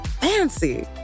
fancy